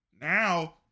now